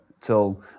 till